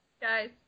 Guys